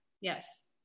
Yes